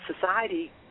society